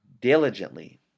Diligently